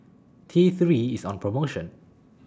T three IS on promotion